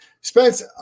Spence